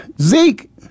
Zeke